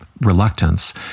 reluctance